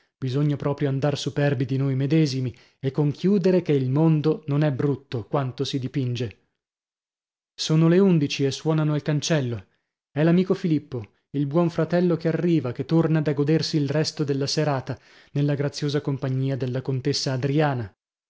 bisogna proprio andar superbi di noi medesimi e conchiudere che il mondo non è brutto quanto si dipinge sono le undici e suonano al cancello è l'amico filippo il buon fratello che arriva che torna da godersi il resto della serata nella graziosa compagnia della contessa adriana